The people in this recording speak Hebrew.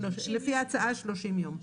לפי ההצעה, 30 יום.